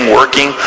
working